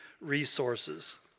resources